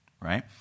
right